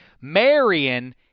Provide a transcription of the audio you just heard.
Marion